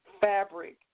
fabric